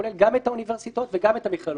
שכולל גם את האוניברסיטאות וגם את המכללות,